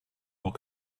more